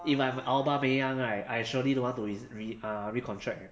if I'm aubameyang right I I surely don't want to re~ re~ uh recontract